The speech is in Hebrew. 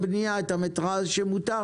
מה שמפחיד אותנו זה בנייה בהמשך?